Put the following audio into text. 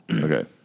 Okay